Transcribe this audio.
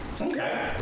Okay